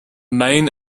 main